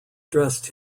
dressed